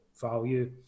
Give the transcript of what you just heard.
value